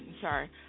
sorry